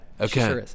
Okay